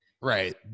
right